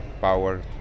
power